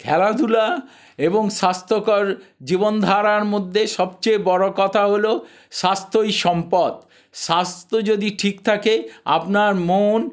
খেলাধুলা এবং স্বাস্থ্যকর জীবনধারার মধ্যে সবচেয়ে বড়ো কথা হল স্বাস্থ্যই সম্পদ স্বাস্থ্য যদি ঠিক থাকে আপনার মন